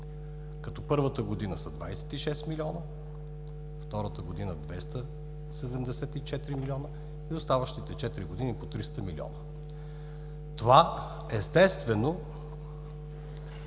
като първата година са 26 милиона, втората година – 274 милиона, и оставащите четири години – по 300 милиона”. Това естествено